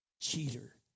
Cheater